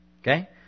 Okay